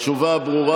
התשובה ברורה.